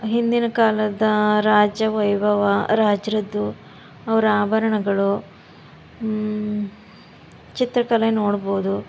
ಹಿಂದಿನ ಕಾಲದ ರಾಜ ವೈಭವ ರಾಜರದ್ದು ಅವರ ಆಭರಣಗಳು ಚಿತ್ರಕಲೆ ನೋಡ್ಬೋದು